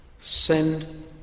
send